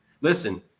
Listen